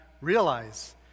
realize